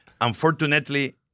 Unfortunately